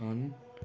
on